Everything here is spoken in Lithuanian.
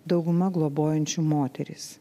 dauguma globojančių moterys